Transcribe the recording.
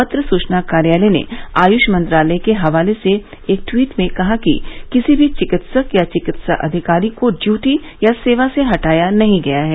पत्र सूचना कार्यालय ने आयुष मंत्रालय के हवाले से एक ट्वीट में कहा है कि किसी भी चिकित्सक या चिकित्सा अधिकारी को डयूटी या सेवा से हटाया नहीं गया है